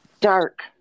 Dark